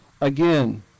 Again